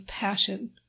passion